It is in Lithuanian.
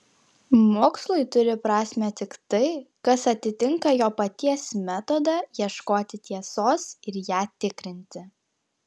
mokslui turi prasmę tik tai kas atitinka jo paties metodą ieškoti tiesos ir ją tikrinti